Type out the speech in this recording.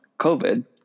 COVID